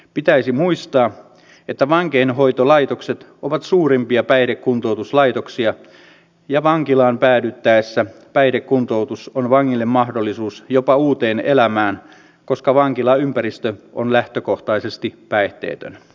pitäisi muistaa että vankeinhoitolaitokset ovat suurimpia päihdekuntoutuslaitoksia ja vankilaan päädyttäessä päihdekuntoutus on vangille mahdollisuus jopa uuteen elämään koska vankilaympäristö on lähtökohtaisesti päihteetön